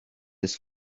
his